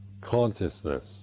consciousness